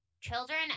children